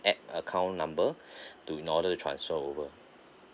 acc~ account number to in order to transfer over